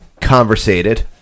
conversated